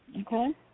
Okay